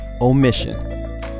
OMission